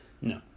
No